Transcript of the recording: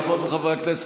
חברות וחברי הכנסת,